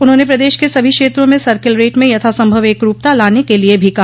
उन्होंने प्रदश के सभी क्षेत्रों में सर्किल रेट में यथा संभव एकरूपता लाने के लिए भी कहा